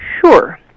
Sure